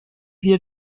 wir